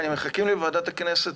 מחכים לי בוועדת הכנסת.